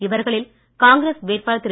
இவர்களில் காங்கிரஸ் வேட்பாளர் திரு